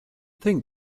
think